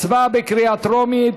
הצבעה בקריאה טרומית.